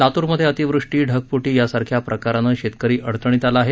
लातूरमधे अतिवृष्टी ढगफुटी सारख्या प्रकारानं शेतकरी अडचणीत आला आहे